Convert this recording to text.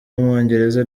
w’umwongereza